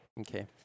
Okay